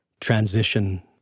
transition